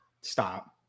Stop